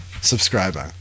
subscribing